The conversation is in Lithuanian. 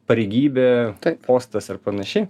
pareigybė postas ar panašiai